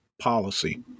policy